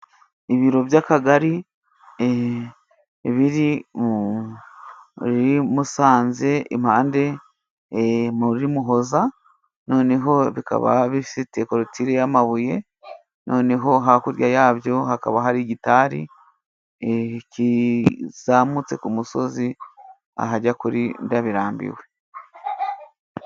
Ibiro by'akagari biri mu ri Musanze impande muri Muhoza noneho bikaba bifite korotire y'amabuye , noneho hakurya yabyo hakaba hari igitari kizamutse ku musozi ahajya kuri Ndabirambiwe.